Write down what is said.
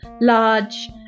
large